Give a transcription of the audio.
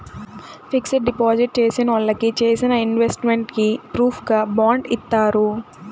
fixed deposit చేసినోళ్ళకి చేసిన investment కి ప్రూఫుగా బాండ్ ఇత్తారు